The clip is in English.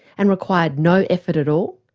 and required no effort at all?